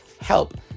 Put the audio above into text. help